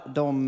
de